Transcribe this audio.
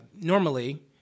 normally